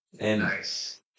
Nice